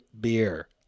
beer